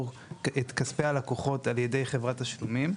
את כספי הלקוחות על ידי חברת תשלומים.